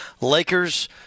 Lakers